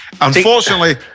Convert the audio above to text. Unfortunately